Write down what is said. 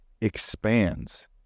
expands